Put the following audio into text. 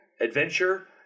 Adventure